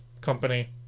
company